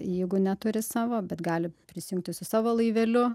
jeigu neturi savo bet gali prisijungti su savo laiveliu